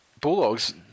Bulldogs